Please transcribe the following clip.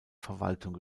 verwaltung